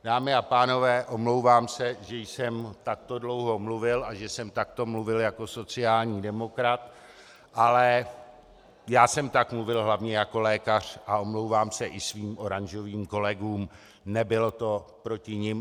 Dámy a pánové, omlouvám se, že jsem takto dlouho mluvil a že jsem takto mluvil jako sociální demokrat, ale já jsem tak mluvil hlavně jako lékař a omlouvám se i svým oranžovým kolegům nebylo to proti nim.